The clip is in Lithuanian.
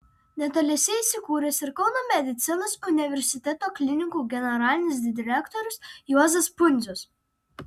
netoliese įsikūręs ir kauno medicinos universiteto klinikų generalinis direktorius juozas pundzius